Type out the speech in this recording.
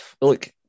look